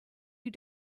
you